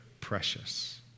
precious